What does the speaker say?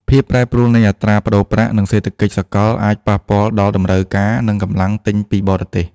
ភាពប្រែប្រួលនៃអត្រាប្តូរប្រាក់ និងសេដ្ឋកិច្ចសកល អាចប៉ះពាល់ដល់តម្រូវការ និងកម្លាំងទិញពីបរទេស។